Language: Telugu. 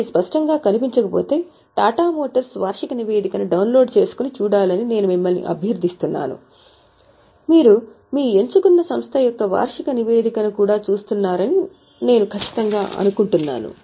ఇది స్పష్టంగా కనిపించకపోతే టాటా మోటార్స్ వార్షిక నివేదికను డౌన్లోడ్ చేసుకుని చూడాలని నేను మిమ్మల్ని అభ్యర్థిస్తున్నాను మీరు మీ ఎంచుకున్న సంస్థ యొక్క వార్షిక నివేదికను కూడా చూస్తున్నారని నేను ఖచ్చితంగా అనుకుంటున్నాను